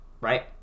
right